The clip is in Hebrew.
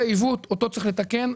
זה עיוות שאותו צריך לתקן.